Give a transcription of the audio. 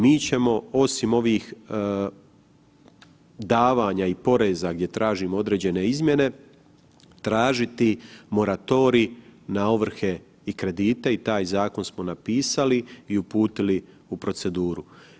Mi ćemo osim ovih davanja i poreza gdje tražimo određene izmjene tražiti moratorij na ovrhe i kredite i taj zakon smo napisali i uputili u proceduru.